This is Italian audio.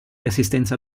assistenza